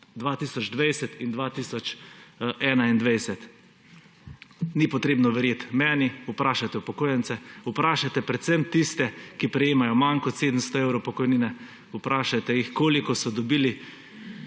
2020 in 2021. Ni treba verjeti meni, vprašajte upokojence, vprašajte predvsem tiste, ki prejemajo manj kot 700 evrov pokojnine, vprašajte jih, koliko so dobili,